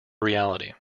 reality